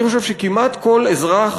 אני חושב שבאמת כמעט כל אזרח